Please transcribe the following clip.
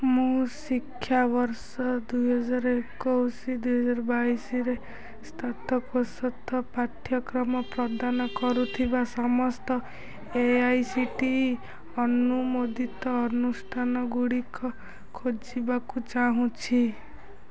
ମୁଁ ଶିକ୍ଷାବର୍ଷ ଦୁଇହଜାର ଏକୋଇଶି ଦୁଇହଜାର ବାଇଶିରେ ସ୍ନାତକତ୍ତର ପାଠ୍ୟକ୍ରମ ପ୍ରଦାନ କରୁଥିବା ସମସ୍ତ A I C T E ଅନୁମୋଦିତ ଅନୁଷ୍ଠାନଗୁଡ଼ିକ ଖୋଜିବାକୁ ଚାହୁଁଛି